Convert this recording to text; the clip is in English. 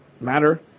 matter